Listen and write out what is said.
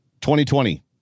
2020